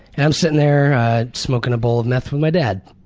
and i'm sitting there smoking a bowl of meth with my dad,